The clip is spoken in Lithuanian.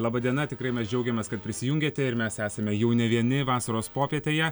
laba diena tikrai mes džiaugiamės kad prisijungėte ir mes esame jau ne vieni vasaros popietėje